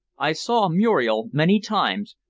i saw muriel many times,